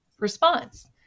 response